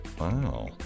Wow